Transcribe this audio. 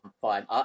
fine